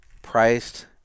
priced